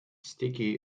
sticky